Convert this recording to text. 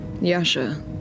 Yasha